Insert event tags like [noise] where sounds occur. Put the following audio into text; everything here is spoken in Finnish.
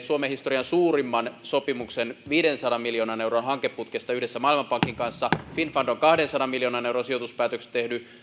[unintelligible] suomen historian suurimman sopimuksen viidensadan miljoonan euron hankeputkesta yhdessä maailmanpankin kanssa finnfund on tehnyt kahdensadan miljoonan euron sijoituspäätökset